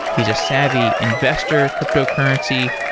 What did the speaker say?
he's a savvy investor, cryptocurrency,